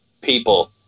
people